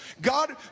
God